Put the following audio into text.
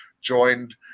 joined